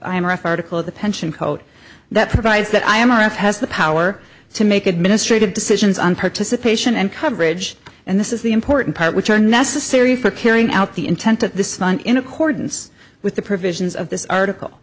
the pension code that provides that i am on earth has the power to make administrative decisions on participation and coverage and this is the important part which are necessary for carrying out the intent of the fund in accordance with the provisions of this article